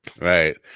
Right